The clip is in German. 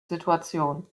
situation